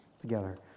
together